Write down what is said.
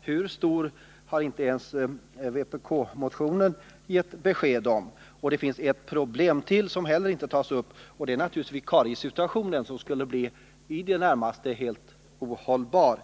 Hur stor den blir har inte ens vpk-motionen gett besked om. Det finns ett problem till, som inte heller har tagits upp. Det är vikariesituationen, som skulle bli i det närmaste helt ohållbar.